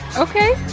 ok.